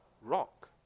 rock